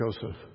Joseph